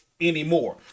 anymore